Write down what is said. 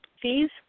fees